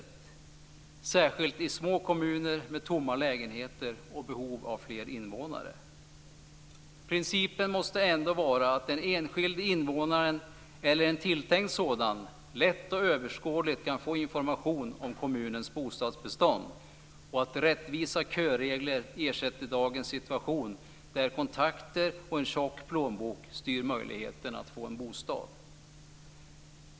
Det gäller särskilt i små kommuner med tomma lägenheter och behov av fler invånare. Principen måste ändå vara att den enskilde invånaren eller en tilltänkt sådan lätt och överskådligt ska kunna få information om kommunens bostadsbestånd och att rättvisa köregler ska ersätta dagens situation, där kontakter och en tjock plånbok styr möjligheterna att få en bostad.